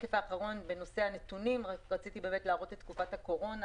השקף האחרון בנושא הנתונים: בתקופת הקורונה